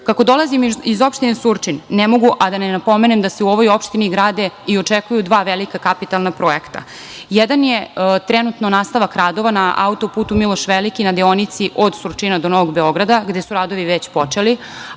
dolazim iz opštine Surčin, ne mogu, a da ne pomenem kako se u ovoj opštini grade i očekuju dva velika kapitalna projekta, jedan je trenutno nastavak radova na autoputu Miloš Veliki, na deonici od Surčina do Novog Beograda, gde su radovi već počeli,